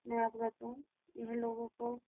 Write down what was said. मैं अवगत हूँ यह लोगों को